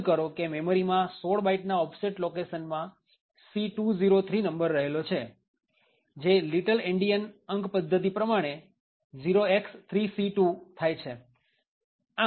નોંધ કરો કે મેમરીમાં ૧૬ બાઈટના ઓફસેટ લોકેશનમાં C203 નંબર રહેલો છે જે લીટલ એન્ડિયન અંક પદ્ધતિ પ્રમાણે 0x3C2 થાય છે